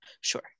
Sure